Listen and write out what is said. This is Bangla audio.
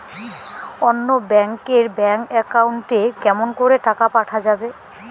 অন্য ব্যাংক এর ব্যাংক একাউন্ট এ কেমন করে টাকা পাঠা যাবে?